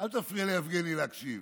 אל תפריע ליבגני להקשיב.